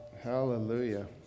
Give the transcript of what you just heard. hallelujah